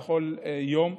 בכל יום,